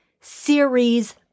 series